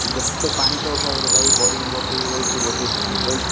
ଯମି ତ ପାଣି ତ ଅଭାବରେ ଭାଇ ବୋରିଙ୍ଗ୍ ବସାଇବି ବୋଲଛି ବସାଇ ପାରୁନି ପଇସା ହେଉନି